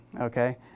okay